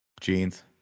Jeans